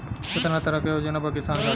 केतना तरह के योजना बा किसान खातिर?